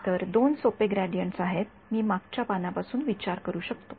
तर दोन सोपे ग्रेडीयंट्स आहेत मी मागच्या पानापासून विचार करू शकतो